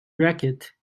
racket